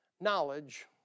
Knowledge